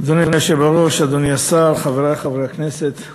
אדוני היושב-ראש, אדוני השר, חברי חברי הכנסת,